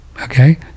Okay